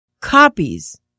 copies